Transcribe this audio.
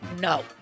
No